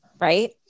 right